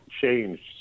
changed